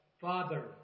Father